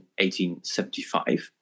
1875